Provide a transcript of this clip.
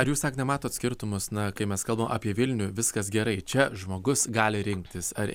ar jūs agne matot skirtumus na kai mes kalbam apie vilnių viskas gerai čia žmogus gali rinktis ar